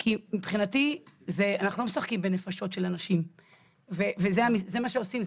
כי מבחינתי אנחנו לא משחקים בנפשות של אנשים וזה מה שעושים,